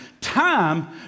Time